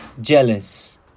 jealous